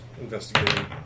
Investigating